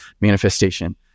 manifestation